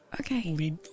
Okay